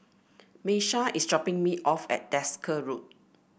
Miesha is dropping me off at Desker Road